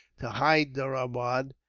to hyderabad,